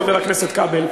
חבר הכנסת כבל,